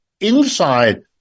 inside